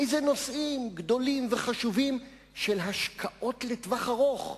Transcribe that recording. אילו נושאים גדולים וחשובים של השקעות לטווח ארוך,